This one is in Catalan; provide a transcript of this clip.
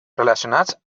relacionats